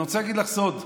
אני רוצה להגיד לך סוד.